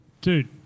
Dude